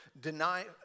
Deny